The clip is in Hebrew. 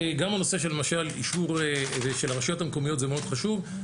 גם הנושא למשל של אישור מהרשויות המקומיות הוא מאוד חשוב,